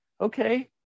Okay